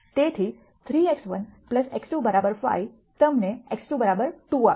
તેથી 3 x1 x2 5 તમને x2 2 આપશે